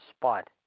spot